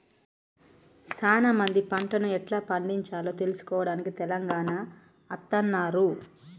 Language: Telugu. సానా మంది పంటను ఎట్లా పండిచాలో తెలుసుకోవడానికి తెలంగాణ అత్తన్నారు